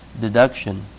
deduction